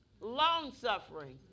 longsuffering